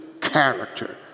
character